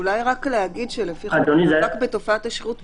אולי רק להגיד שלפי חוק המאבק בתופעת השכרות,